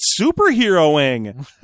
superheroing